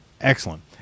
excellent